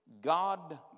God